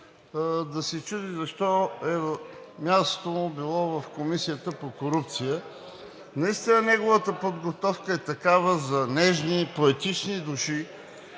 да се чуди защо мястото му било в Комисията по корупция. Наистина неговата подготовка е такава – за нежни и поетични души,